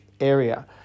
area